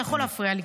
אתה יכול להפריע לי.